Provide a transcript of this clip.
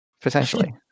Potentially